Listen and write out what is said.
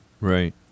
right